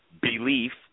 belief